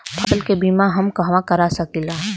फसल के बिमा हम कहवा करा सकीला?